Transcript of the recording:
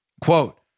Quote